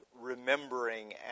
remembering